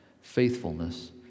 faithfulness